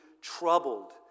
troubled